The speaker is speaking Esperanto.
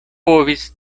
povis